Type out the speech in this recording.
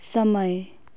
समय